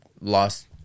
lost